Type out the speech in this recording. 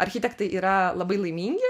architektai yra labai laimingi